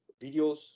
videos